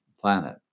planet